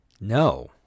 No